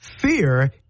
fear